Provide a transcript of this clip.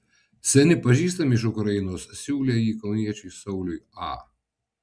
seni pažįstami iš ukrainos siūlė jį kauniečiui sauliui a